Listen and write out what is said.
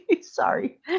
Sorry